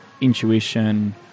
intuition